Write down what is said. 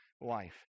life